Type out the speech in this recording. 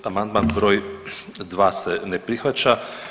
Amandman br. 2. se ne prihvaća.